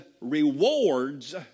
rewards